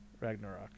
Ragnarok